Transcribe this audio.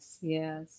Yes